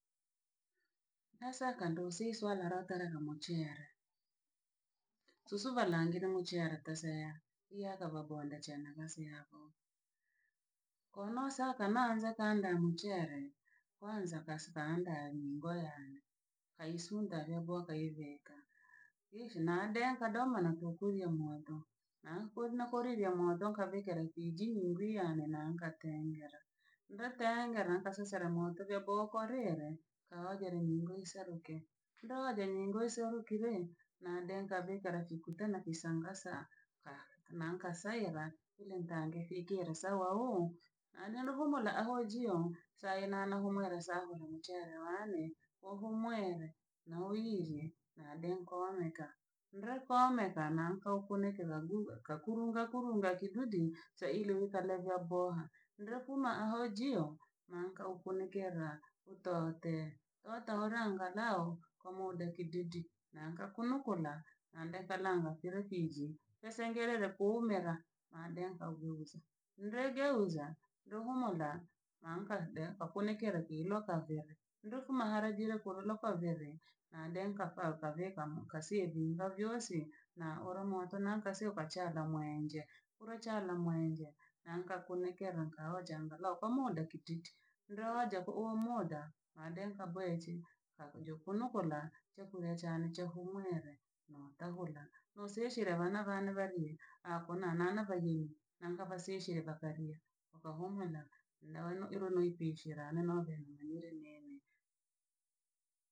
Nesaka ndo si swara la tare nomachere susu bhalange na muchera ta seya iya kabhabonde che na seako. Kono saka naanza ka nda muchere kwana kasikaanda nhingo yane, haisunda bhyo boha kaebheka. Ishi na dea kadomonako na korya moto nako nakorirya moto kabhekera kwi jii ningo yane, nankatengera. Ndatengera nkasesera moto vya bo korere kaojere ningo yise aguke. Ndoja ningo yise orokere na de nkabheka rakikutana kisangasa kaa, nankasaebha ila ntange kikera sawawu analuhumula ahojio saenano humwera saho na muchere wane ohumwere na oirye na de kohmeta. Ndre komeka na nkaokonekera gubha kakurungakurunga kidudi sailiwi kalevya boha ndrekuma ahojio manka okonikera otote. Otora angarau ko muda kididi, nankakunukula nange kalanga pirokijii, pesa engerera kuumerera maadenka uvuviza. Ndregeuza ndohomura, manka denko ko kira kelo kavero. Nduhu maharagile koronokavere nadenka pa kavekamo kasievimba vyose na ura moto na kasio kachaga mwenje nankakunekera nkaoja angalau kwa muda kititi. Ndroojako omoda madenka bweje akojokonokola chekule chane chehumwere notagura noseshire bhana bhane bharye akonana na vayinyi nangha bhasishire bhakarye bhakahumwenago naono ilo mwipichi lane no bhebhe anireniyene.